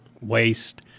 waste